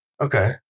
Okay